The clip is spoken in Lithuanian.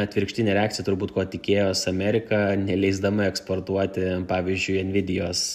atvirkštinė reakcija turbūt ko tikėjos amerika neleisdama eksportuoti pavyzdžiui envidijos